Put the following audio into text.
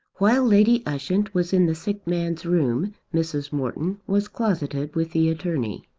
while lady ushant was in the sick man's room, mrs. morton was closeted with the attorney.